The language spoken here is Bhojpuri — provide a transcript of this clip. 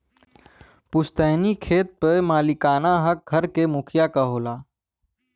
पुस्तैनी खेत पे मालिकाना हक घर क मुखिया क होला